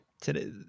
today